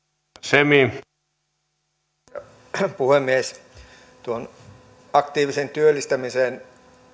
arvoisa puhemies tuohon aktiiviseen työllistämiseen